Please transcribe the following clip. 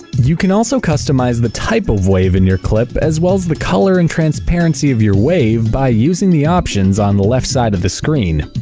you can also customize the type of wave in your clip, as well as the color and transparency of your wave by using the options on the left side of the screen.